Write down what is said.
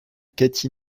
cathy